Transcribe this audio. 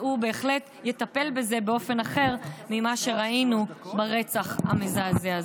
הוא בהחלט יטפל בזה באופן אחר ממה שראינו ברצח המזעזע הזה.